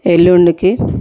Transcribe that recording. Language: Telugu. ఎల్లుండికి